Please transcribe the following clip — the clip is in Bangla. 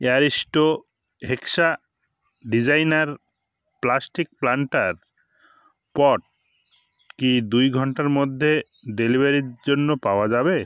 Aristo hexa designer plastic planter pot কি দুই ঘন্টার মধ্যে ডেলিভারির জন্য পাওয়া যাবে